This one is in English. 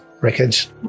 wreckage